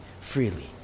freely